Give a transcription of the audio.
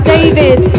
David